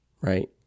right